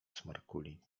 smarkuli